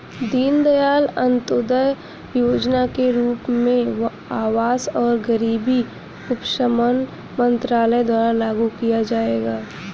दीनदयाल अंत्योदय योजना के रूप में आवास और गरीबी उपशमन मंत्रालय द्वारा लागू किया जाएगा